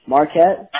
Marquette